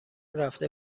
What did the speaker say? رفته